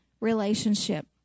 relationship